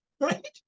right